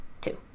two